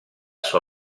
sua